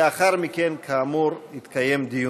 לאחר מכן, כאמור, יתקיים דיון.